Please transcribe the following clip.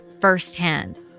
firsthand